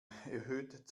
erhöht